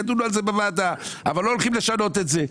ידונו על זה בוועדה אבל לא הולכים לשנות את זה.